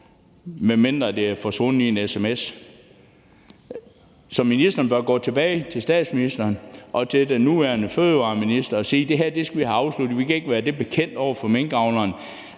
med mindre det er forsvundet i en sms. Så ministeren bør gå tilbage til statsministeren og til den nuværende fødevareminister og sige: Det her skal vi have afsluttet. Vi kan ikke være det bekendt over for minkavlerne.